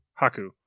Haku